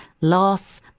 loss